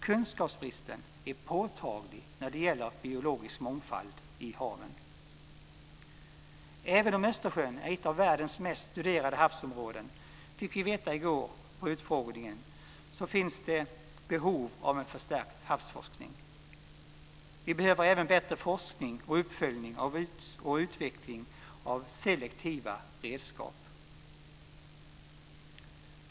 Kunskapsbristen är påtaglig när det gäller biologisk mångfald i haven. Även om Östersjön är ett av världens mest studerade havsområden, vilket vi fick veta i går på utfrågningen, finns det behov av en förstärkt havsforskning. Vi behöver även bättre forskning och uppföljning av utvecklingen av selektiva redskap.